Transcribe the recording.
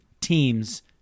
teams